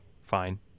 fine